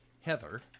Heather